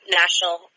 national